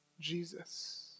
Jesus